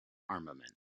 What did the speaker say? armament